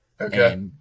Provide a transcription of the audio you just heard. Okay